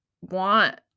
want